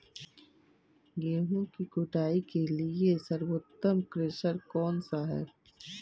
गेहूँ की कुटाई के लिए सर्वोत्तम थ्रेसर कौनसा है?